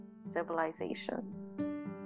civilizations